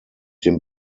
dem